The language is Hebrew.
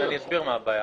אני אסביר מה הבעיה.